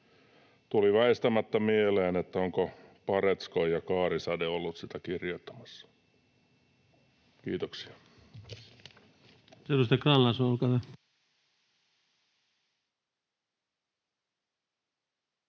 tuli väistämättä mieleen, ovatko Paretskoi ja Kaarisade olleet sitä kirjoittamassa. — Kiitoksia.